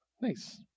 Nice